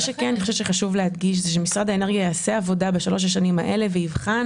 חשוב להדגיש משרד האנרגיה יעשה עבודה בשלוש השנים האלה ויבחן